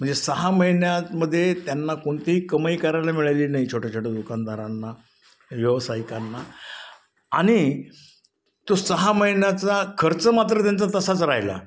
म्हणजे सहा महिन्यामध्ये त्यांना कोणतीही कमाई करायला मिळाली नाही छोट्या छोट्या दुकानदारांना व्यावसायिकांना आणि तो सहा महिन्याचा खर्च मात्र त्यांचा तसाच राहिला